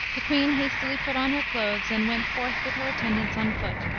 the queen hastily put on her clothes, and went forth with her attendants on foot,